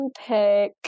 pick